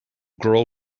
girl